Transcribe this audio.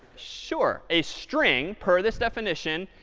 sure. a string, per this definition,